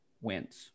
wins